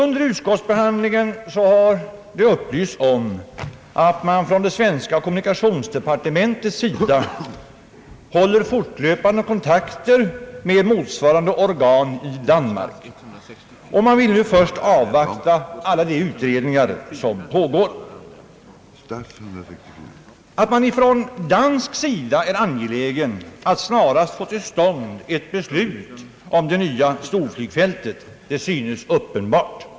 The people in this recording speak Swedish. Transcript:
Under utskottsbehandlingen har det upplysts om att det svenska kommunikationsdepartementet håller fortlöpande kontakter med motsvarande organ i Danmark, och man vill nu först avvakta alla de utredningar som pågår. Att man från dansk sida är angelägen att snarast få till stånd ett beslut om det nya storflygfältet synes uppenbart.